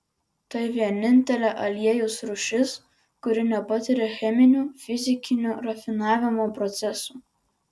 tai vienintelė aliejaus rūšis kuri nepatiria cheminių fizikinių rafinavimo procesų